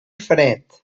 fred